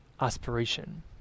aspiration